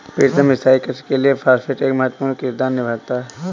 प्रीतम स्थाई कृषि के लिए फास्फेट एक महत्वपूर्ण किरदार निभाता है